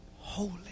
holy